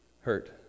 hurt